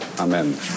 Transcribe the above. Amen